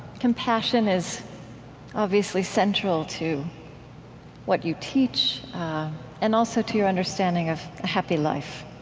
compassion is obviously central to what you teach and also to your understanding of a happy life.